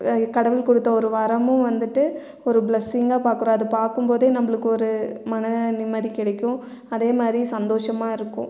கடவுள் கொடுத்த ஒரு வரமும் வந்துட்டு ஒரு ப்ளஸ்சிங்கா பார்க்றோம் அதை பார்க்கும் போதே நம்மளுக்கு ஒரு மன நிம்மதி கிடைக்கும் அதே மாதிரி சந்தோஷமாக இருக்கும்